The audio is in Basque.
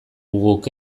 guk